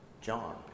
John